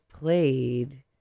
played